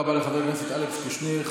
תודה רבה לחבר הכנסת אלכס קושניר.